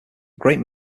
great